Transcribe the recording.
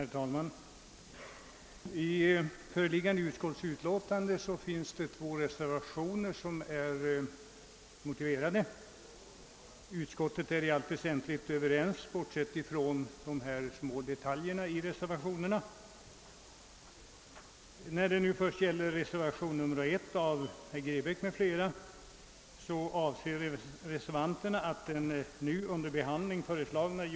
Herr talman! I föreliggande utskottsutlåtande föreligger två motiverade reservationer. Utskottet är i allt väsentligt överens bortsett från de små detaljerna i reservationerna.